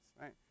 right